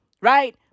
Right